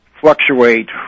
Fluctuate